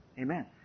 Amen